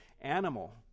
animal